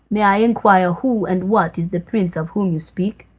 may i inquire who and what is the prince of whom you speak?